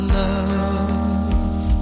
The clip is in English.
love